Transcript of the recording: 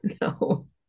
no